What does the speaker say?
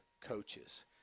coaches